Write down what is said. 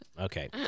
Okay